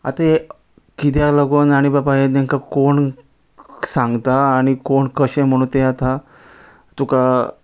आतां हे कित्याक लागोन आनी बाबा हे तेंकां कोण सांगता आनी कोण कशें म्हणून तें आतां तुका